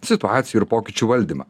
situacijų ir pokyčių valdymą